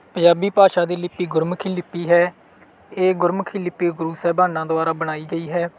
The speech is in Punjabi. ਪੰਜਾਬੀ ਭਾਸ਼ਾ ਦੀ ਲਿੱਪੀ ਗੁਰਮੁਖੀ ਲਿੱਪੀ ਹੈ ਇਹ ਗੁਰਮੁਖੀ ਲਿੱਪੀ ਗੁਰੂ ਸਾਹਿਬਾਨਾਂ ਦੁਆਰਾ ਬਣਾਈ ਗਈ ਹੈ